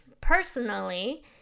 personally